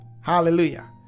Hallelujah